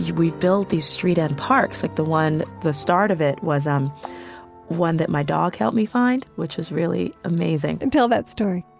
we build these street-end parks, like the one, the start of it was um one that my dog helped me find, which was really amazing and tell that story